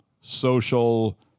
social